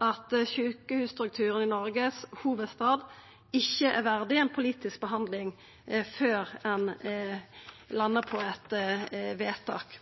at sjukehusstrukturen i Noregs hovudstad ikkje er verdig ei politisk behandling før ein landar på eit vedtak.